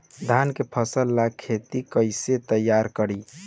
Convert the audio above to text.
धान के फ़सल ला खेती कइसे तैयार करी?